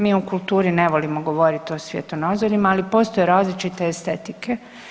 Mi u kulturi ne volimo govoriti o svjetonazorima, ali postoje različite estetike.